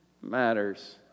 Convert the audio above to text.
matters